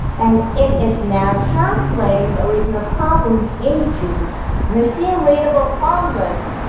and it is now translating the original problems into machine-readable formulas.